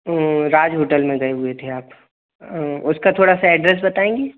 ओह Raj hotel में गए हुए थे आप उसका थोड़ा सा एड्रेस बताएंगी